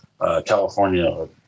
California